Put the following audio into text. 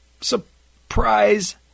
surprise